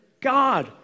God